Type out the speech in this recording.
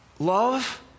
Love